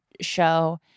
show